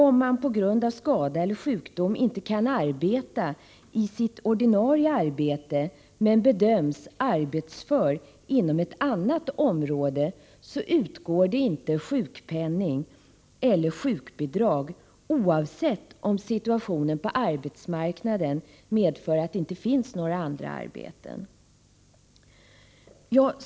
Om man på grund av skada eller sjukdom inte kan arbeta i sitt ordinarie arbete men bedöms arbetsför inom ett annat område utgår inte sjukpenning eller sjukbidrag, oavsett om situationen på arbetsmarknaden medför att det inte finns några andra arbeten.